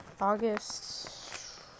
August